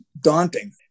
daunting